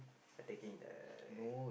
attacking the